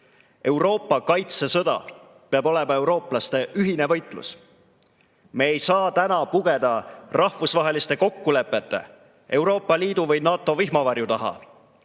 Euroopa kaitsesõda peab olema eurooplaste ühine võitlus. Me ei saa täna pugeda rahvusvaheliste kokkulepete, Euroopa Liidu või NATO vihmavarju taha,